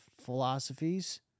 philosophies